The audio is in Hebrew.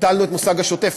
ביטלנו את מושג השוטף.